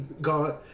God